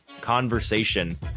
conversation